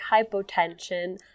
hypotension